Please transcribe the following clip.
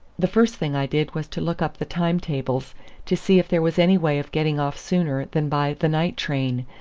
the first thing i did was to look up the time-tables to see if there was any way of getting off sooner than by the night-train,